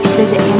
visit